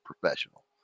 professional